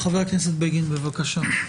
חה"כ בגין, בבקשה.